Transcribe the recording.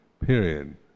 period